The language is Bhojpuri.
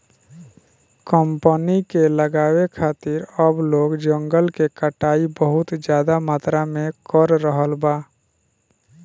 कंपनी के लगावे खातिर अब लोग जंगल के कटाई बहुत ज्यादा मात्रा में कर रहल बा